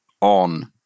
on